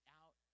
out